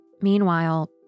Meanwhile